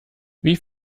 wie